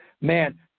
Man